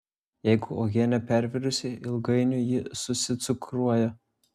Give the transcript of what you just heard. jeigu uogienė pervirusi ilgainiui ji susicukruoja